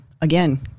again